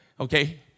Okay